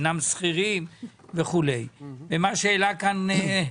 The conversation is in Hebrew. שאינם שכירים וכו'; גם מה שהעלה רועי,